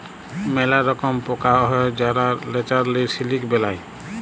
ম্যালা রকম পকা হ্যয় যারা ল্যাচারেলি সিলিক বেলায়